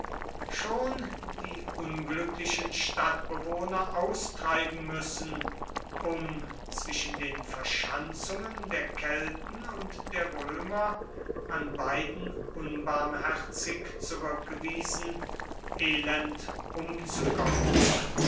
schon die unglücklichen stadtbewohner austreiben müssen um zwischen den verschanzungen der kelten und der römer an beiden unbarmherzig zurückgewiesen elend umzukommen